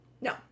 No